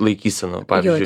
laikysena pavyzdžiui